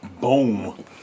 Boom